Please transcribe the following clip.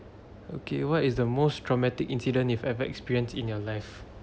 okay what is the most traumatic incident you've ever experienced in your life